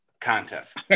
contest